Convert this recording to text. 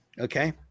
okay